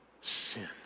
sin